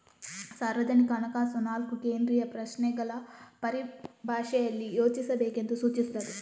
ಸಾರ್ವಜನಿಕ ಹಣಕಾಸು ನಾಲ್ಕು ಕೇಂದ್ರೀಯ ಪ್ರಶ್ನೆಗಳ ಪರಿಭಾಷೆಯಲ್ಲಿ ಯೋಚಿಸಬೇಕೆಂದು ಸೂಚಿಸುತ್ತದೆ